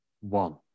one